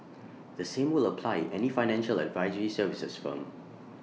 the same will apply any financial advisory services firm